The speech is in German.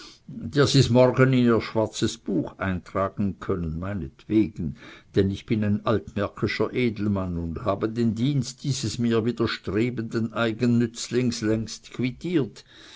der sie's morgen in ihr schwarzes buch eintragen können meinetwegen denn ich bin ein altmärkischer edelmann und habe den dienst dieses mir widerstrebenden eigennützlings längst quittiert